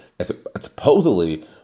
Supposedly